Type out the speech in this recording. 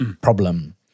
problem